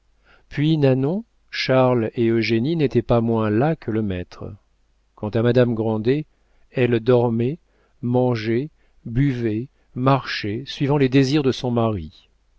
puis nanon charles et eugénie n'étaient pas moins las que le maître quant à madame grandet elle dormait mangeait buvait marchait suivant les désirs de son mari